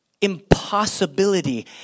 impossibility